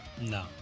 No